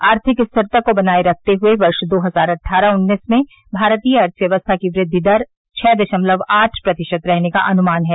आर्थिक स्थिरता को बनाए रखते हए वर्ष दो हजार अट्ठारह उन्नीस में भारतीय अर्थव्यवस्था की वृद्धि दर छह दशमलव आठ प्रतिशत रहने का अनुमान है